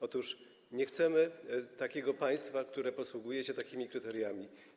Otóż nie chcemy takiego państwa, które posługuje się takimi kryteriami.